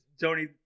Tony